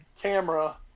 camera